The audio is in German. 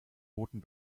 boten